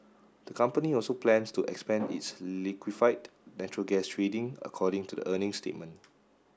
the company also plans to expand its liquefied natural gas trading according to the earnings statement